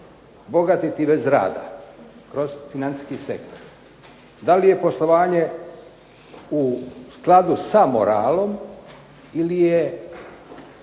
bogatiti bez rada kroz financijski sektor. DA li je poslovanje u skladu sa moralom ili je